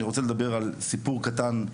אני רוצה לדבר על סיפור קטן.